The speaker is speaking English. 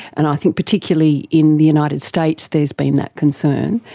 and i think particularly in the united states there has been that concern.